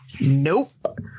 nope